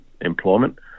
employment